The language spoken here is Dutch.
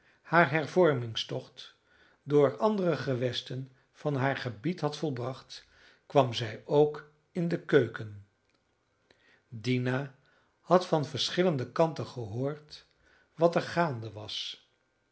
haar hervormingstocht door andere gewesten van haar gebied had volbracht kwam zij ook in de keuken dina had van verschillende kanten gehoord wat er gaande was